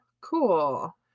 Cool